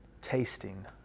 tasting